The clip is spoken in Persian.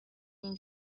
این